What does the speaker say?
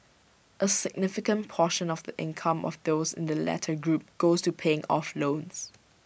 A significant portion of the income of those in the latter group goes to paying off loans